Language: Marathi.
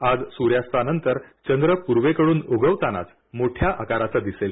आज सूर्यास्तानंतर चंद्र पूर्वेकडून उगवितानाच मोठ्या आकाराचा दिसेल